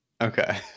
Okay